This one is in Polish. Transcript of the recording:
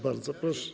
Bardzo proszę.